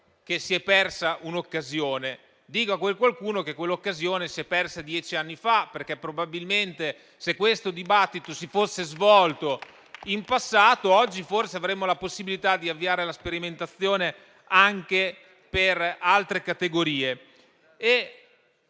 che si è persa un'occasione. Ebbene, dico a quel qualcuno che quell'occasione si è persa dieci anni fa. Probabilmente, se questo dibattito si fosse svolto in passato, oggi forse avremmo la possibilità di avviare la sperimentazione anche per altre categorie.